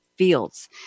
Fields